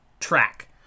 track